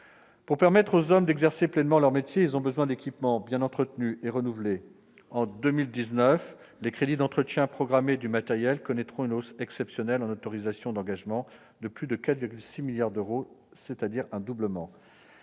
Pour permettre d'exercer pleinement leur métier, les hommes ont besoin d'équipements bien entretenus et renouvelés. En 2019, les crédits pour l'entretien programmé du matériel connaîtront une hausse exceptionnelle en autorisations d'engagement de plus de 4,6 milliards d'euros, ce qui représente un doublement.